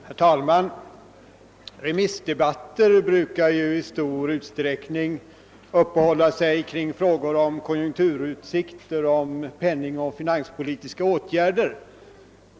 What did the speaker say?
Herr talman! Remissdebatter brukar ju i stor utsträckning röra frågor om konjunkturutsikter och om penningoch finanspolitiska åtgärder.